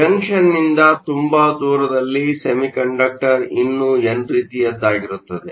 ಜಂಕ್ಷನ್ನಿಂದ ತುಂಬಾ ದೂರದಲ್ಲಿ ಸೆಮಿಕಂಡಕ್ಟರ್ ಇನ್ನೂ ಎನ್ ರೀತಿಯದ್ದಾಗಿರುತ್ತದೆ